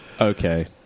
Okay